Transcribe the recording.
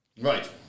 Right